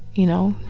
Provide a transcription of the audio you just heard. you know?